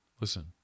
Listen